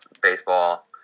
baseball